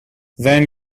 then